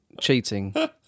cheating